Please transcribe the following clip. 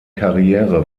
karriere